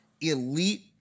elite